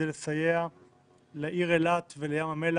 חוסר ודאות מוחלט ואין עם מי